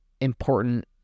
important